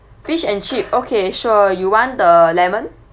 fish and chip okay sure you want the lemon